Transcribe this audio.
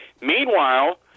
meanwhile